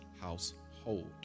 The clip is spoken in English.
household